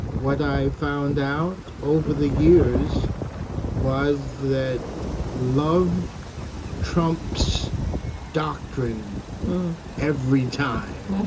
what i found out over the years was that love trumps doctrine every time. yeah